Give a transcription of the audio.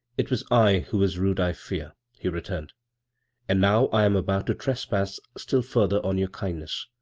it was i who was rude, i fear, he re turned and now i am about to trespass still further on your kindness.